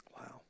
Wow